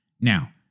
Now